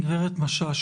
גברת משש,